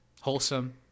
wholesome